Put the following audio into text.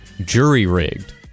jury-rigged